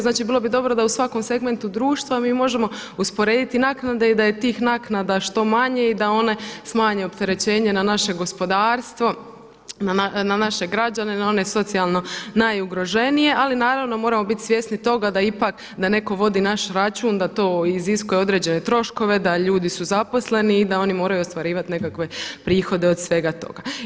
Znači bi bilo bi dobro da u svakom segmentu društva mi možemo usporediti naknade i da je tih naknada što manje i da one smanje opterećenje na naše gospodarstvo, na naše građane, na one socijalno najugroženije ali naravno moramo biti svjesni toga da ipak, da netko vodi naš račun, da to iziskuje određene troškove, da ljudi su zaposleni i da oni moraju ostvarivati nekakve prihode od svega toga.